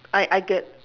I I get